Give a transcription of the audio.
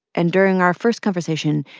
and during our first conversation,